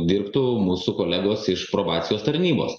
dirbtų mūsų kolegos iš probacijos tarnybos